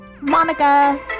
Monica